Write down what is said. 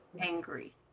angry